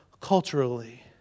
culturally